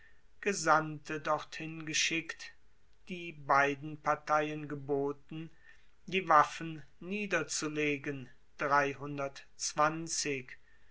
gesandte dorthin geschickt die beiden parteien geboten die waffen niederzulegen